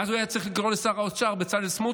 ואז הוא היה צריך לקרוא לשר האוצר בצלאל סמוטריץ'